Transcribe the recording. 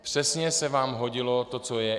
Přesně se vám hodilo to, co je.